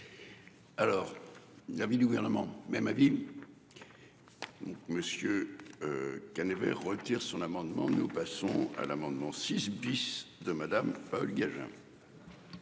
Alors. L'avis du gouvernement. Même avis. Monsieur. Cannet vers retire son amendement. Nous passons à l'amendement 6 bis de Madame gageure.